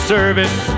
Service